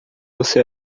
você